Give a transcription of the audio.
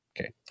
Okay